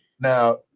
now